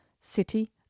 City